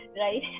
right